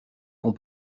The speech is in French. qu’on